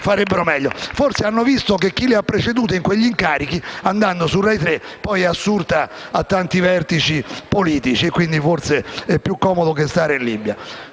forse hanno visto che chi li ha preceduti in quegli incarichi andando su Rai 3 è poi assunto ai vertici politici, che forse è più comodo che stare in Libia.